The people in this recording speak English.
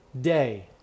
day